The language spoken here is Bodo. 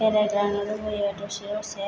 बेरायग्लांनो लुबैयो दसे दसे